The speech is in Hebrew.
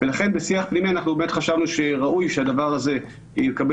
ולכן בשיח פנימי אנחנו באמת חשבנו שראוי שהדבר הזה יקבל